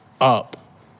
up